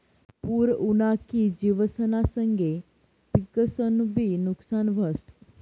पूर उना की जिवसना संगे पिकंसनंबी नुकसान व्हस